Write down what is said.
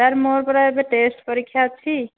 sir ମୋର ପରା ଏବେ ଟେଷ୍ଟ ପରୀକ୍ଷା ଅଛି